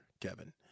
Kevin